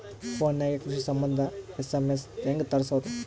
Phone ನಾಗೆ ಕೃಷಿ ಸಂಬಂಧ ಎಸ್.ಎಮ್.ಎಸ್ ಹೆಂಗ ತರಸೊದ?